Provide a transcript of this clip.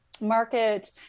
market